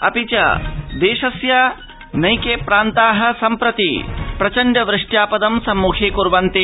अपि च देशस्य नैके प्रान्ताः सम्प्रति प्रचण्ड वृष्टयापदं सम्मुखीकुर्वन्ति